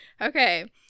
Okay